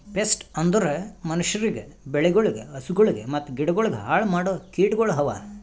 pest ಅಂದುರ್ ಮನುಷ್ಯರಿಗ್, ಬೆಳಿಗೊಳ್, ಹಸುಗೊಳ್ ಮತ್ತ ಗಿಡಗೊಳ್ ಹಾಳ್ ಮಾಡೋ ಕೀಟಗೊಳ್ ಅವಾ